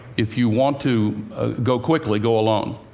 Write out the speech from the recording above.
if you want to go quickly, go alone